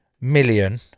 million